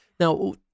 Now